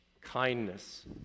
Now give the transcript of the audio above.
kindness